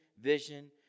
Vision